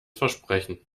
versprechen